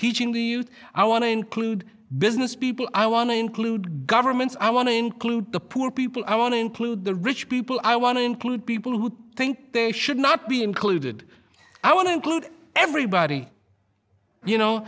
teaching the youth i want to include businesspeople i want to include governments i want to include the poor people i want to include the rich people i want to include people who think they should not be included i want to include everybody you know